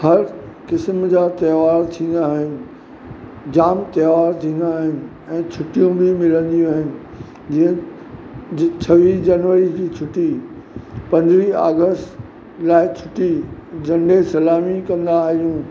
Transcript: हर क़िस्म जा त्योहार थींदा आहिनि जामु त्योहार थींदा आहिनि ऐं छुटियूं बि मिलंदी आहिनि जीअं छवीह जनवरी जी छुटी पंदरहीं ऑगस्ट लाइ छुटी झंडे जी सलामी कंदा आहियूं